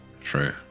true